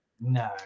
No